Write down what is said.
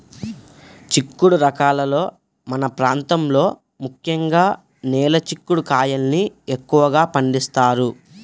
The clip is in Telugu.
చిక్కుడు రకాలలో మన ప్రాంతంలో ముఖ్యంగా నేల చిక్కుడు కాయల్ని ఎక్కువగా పండిస్తారు